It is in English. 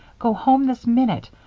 go home this minute.